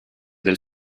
del